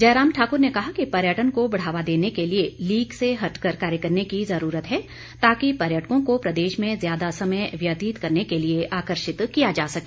जयराम ठाकुर ने कहा कि पर्यटन को बढ़ावा देने के लिए लीक से हटकर कार्य करने की जरूरत है ताकि पर्यटकों को प्रदेश में ज्यादा समय व्यतीत करने के लिए आकर्षित किया जा सके